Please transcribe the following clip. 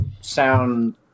sound